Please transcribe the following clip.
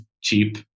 cheap